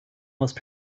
must